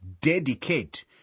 dedicate